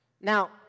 Now